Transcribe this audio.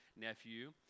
nephew